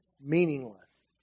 meaningless